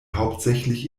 hauptsächlich